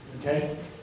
Okay